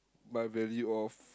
my value of